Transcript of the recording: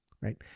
right